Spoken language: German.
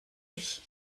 ich